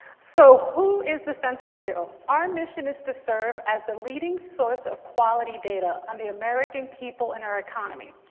so who is the census bureau? our mission is to serve as the leading source of quality data on the american people and our economy.